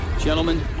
Gentlemen